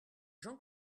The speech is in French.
jean